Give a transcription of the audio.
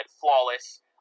flawless